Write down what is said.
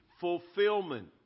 fulfillment